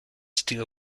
steel